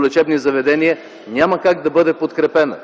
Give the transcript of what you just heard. лечебни заведения, няма как да бъде подкрепена.